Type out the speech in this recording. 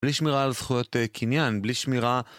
בלי שמירה על זכויות קניין, בלי שמירה...